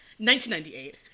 1998